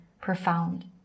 profound